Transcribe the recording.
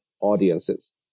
audiences